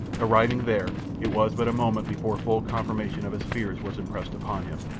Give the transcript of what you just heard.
arriving there, it was but a moment before full confirmation of his fears was impressed upon him.